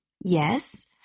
Yes